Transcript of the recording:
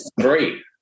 three